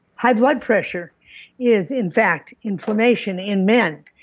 high blood pressure is in fact inflammation in men.